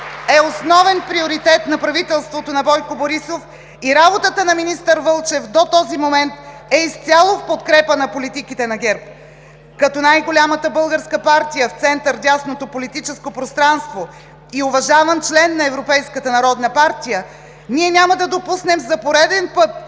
е основен приоритет на правителството на Бойко Борисов и работата на министър Вълчев до този момент е изцяло в подкрепа на политиките на ГЕРБ. Като най-голямата българска партия в център-дясното политическо пространство и уважаван член на Европейската народна партия, ние няма да допуснем за пореден път